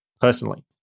personally